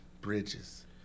Bridges